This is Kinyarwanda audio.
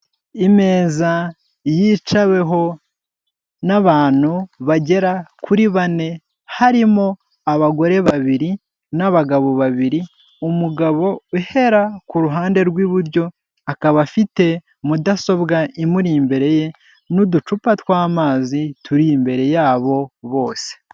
Imeza yicaweho n'abantu bagera kuri bane harimo abagore babiri n'abagabo babiri, umugabo uhera ku ruhande rw'iburyo akaba afite mudasobwa imuri imbere ye n'uducupa tw'amazi turi imbere yabo bose.